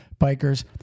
bikers